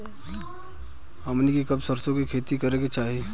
हमनी के कब सरसो क खेती करे के चाही?